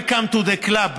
welcome to the club.